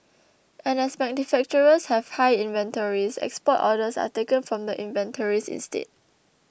and as manufacturers have high inventories export orders are taken from the inventories instead